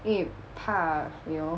因为怕 you know